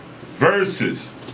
Versus